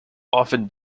often